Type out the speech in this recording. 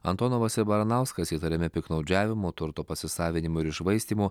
antonovas ir baranauskas įtariami piktnaudžiavimu turto pasisavinimu ir iššvaistymu